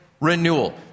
renewal